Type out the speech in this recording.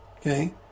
okay